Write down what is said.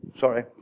Sorry